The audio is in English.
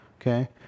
Okay